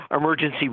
emergency